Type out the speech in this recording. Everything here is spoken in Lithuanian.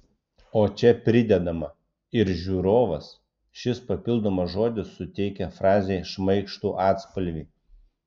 o čia pridedama ir žiūrovas šis papildomas žodis suteikia frazei šmaikštų atspalvį